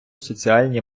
соціальні